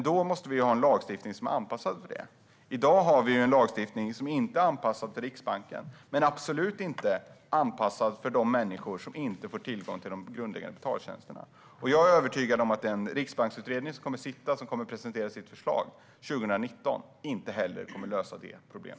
Då måste vi ha en lagstiftning som är anpassad för det. I dag har vi en lagstiftning som inte är anpassad till Riksbanken och absolut inte är anpassad för de människor som inte får tillgång till de grundläggande betaltjänsterna. Jag är övertygad om att den riksbanksutredning som kommer att presentera sitt förslag 2019 inte heller kommer att lösa detta problem.